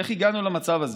איך הגענו למצב הזה?